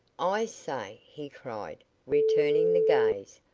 i say, he cried, returning the gaze,